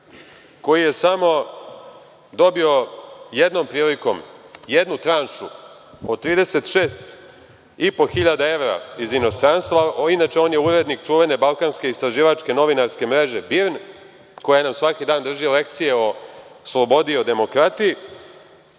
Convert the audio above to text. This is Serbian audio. koji je dobio samo jednom prilikom jednu tranšu od 36.500 evra, inače on je urednik čuvene Balkanske istraživačke novinarske mreže BIRN, koja nam svaki dan drži lekcije o slobodi i o demokratiji,